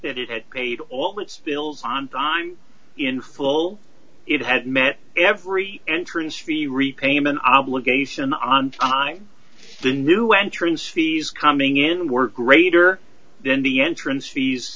that it had paid all its bills on time in full it had met every entrance fee repayment obligation on time the new entrance fees coming in were greater than the entrance fees